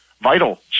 vital